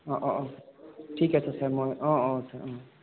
অঁ অঁ অঁ ঠিক আছে ছাৰ মই অঁ অঁ অঁ